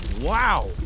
wow